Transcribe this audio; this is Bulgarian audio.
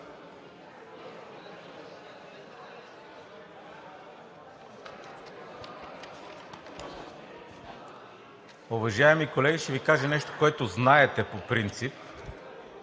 Уважаеми колеги, ще Ви кажа нещо, което знаете по принцип,